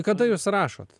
kada jūs rašot